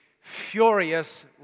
furious